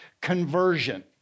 conversion